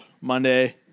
Monday